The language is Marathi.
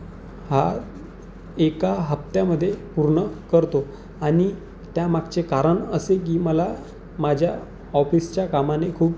हा एका हप्त्यामध्ये पूर्ण करतो आणि त्या मागचे कारण असे की मला माझ्या ऑफिसच्या कामाने खूप